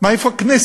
מה, איפה הכנסת?